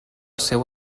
seu